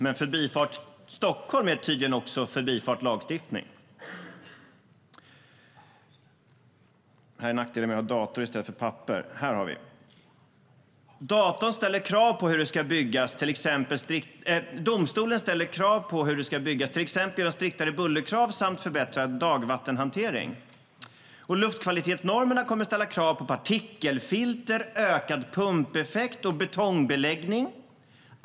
Men Förbifart Stockholm är tydligen också Förbifart Lagstiftning.Domstolen ställer krav på hur det ska byggas, till exempel genom striktare bullerkrav samt förbättrad dagvattenhantering. Och luftkvalitetsnormerna kommer att ställa krav på partikelfilter, ökad pumpeffekt och betongbeläggning.